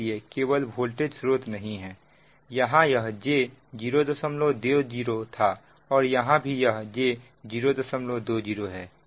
इसलिए केवल वोल्टेज स्रोत नहीं है यहां यह j 020 था और यहां भी यह j020 है